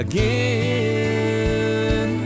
Again